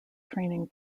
training